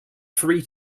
free